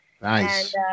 Nice